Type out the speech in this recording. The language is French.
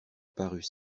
parut